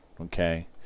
okay